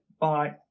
bye